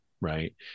right